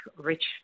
rich